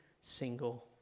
single